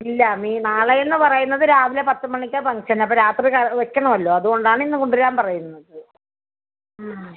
ഇല്ല മി നാളെ എന്ന് പറയുന്നത് രാവിലെ പത്ത് മണിക്കാണ് ഫംഗ്ഷൻ അപ്പോൾ രാത്രി വയ്ക്കണമല്ലോ അതുകൊണ്ടാണ് ഇന്ന് കൊണ്ടുവരാൻ പറയുന്നത്